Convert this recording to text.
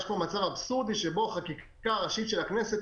יש פה מצב אבסורדי שבו חקיקה ראשית של הכנסת,